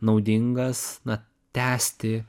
naudingas na tęsti